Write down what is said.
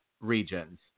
regions